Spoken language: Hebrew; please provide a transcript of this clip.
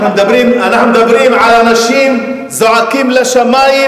אנחנו מדברים על אנשים זועקים לשמים.